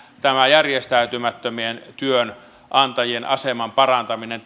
tämä järjestäytymättömien työnantajien aseman parantaminen